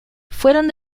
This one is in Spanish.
fueron